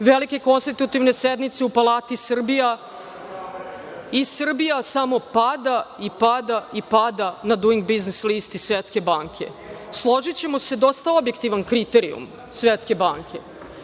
velike konstitutivne sednice u Palati Srbija. I, Srbija samo pada i pada i pada na „Duing biznis listi“ Svetske banke. Složićemo se dosta objektivan kriterijum Svetske banke,